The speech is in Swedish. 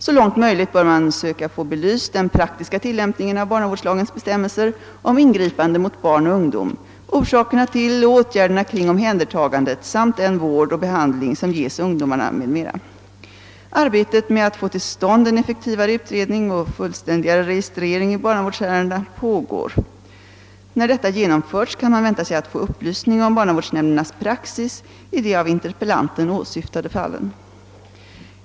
Så långt möjligt bör man söka få belyst den praktiska tillämpningen av barnavårdslagens bestämmelser om ingripanden mot barn och ungdom, orsakerna till och åtgärderna kring omhändertagandet samt den vård och behandling som ges ungdomarna m.m. Arbetet med att få till stånd en effektivare utredning och fullständigare registrering i barnavårdsärendena pågår. När detta genomförts kan man vänta sig att få upplysning om barnavårdsnämndernas praxis i de av interpellanten åsyftade fallen.